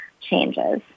changes